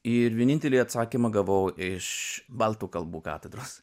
ir vienintelį atsakymą gavau iš baltų kalbų katedros